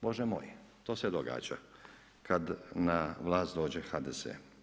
Bože moj, to se događa, kad na vlast dođe HDZ.